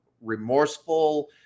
remorseful